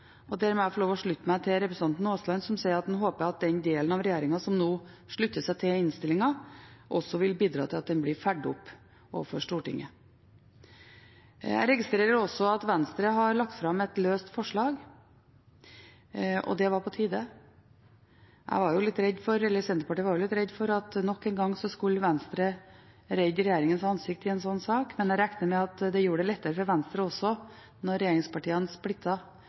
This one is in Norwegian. klimalov. Der må jeg få lov til å slutte meg til representanten Aasland, som sier at han håper at den delen av regjeringen som nå slutter seg til innstillingen, også vil bidra til at den blir fulgt opp overfor Stortinget. Jeg registrerer også at Venstre har lagt fram et løst forslag, og det var på tide. Senterpartiet var litt redd for at Venstre nok en gang skulle redde regjeringens ansikt i en slik sak, men jeg regner med at det gjør det lettere for Venstre også når regjeringspartiene